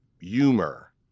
humor